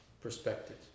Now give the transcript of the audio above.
perspective